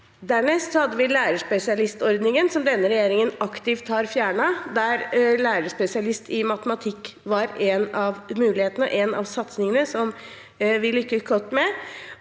Dernest hadde vi lærerspesialistordningen, som denne regjeringen aktivt har fjernet, der lærerspesialist i matematikk var en av mulighetene og en av satsingene som vi lyktes godt med.